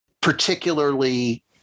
particularly